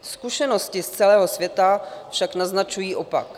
Zkušenosti z celého světa však naznačují opak.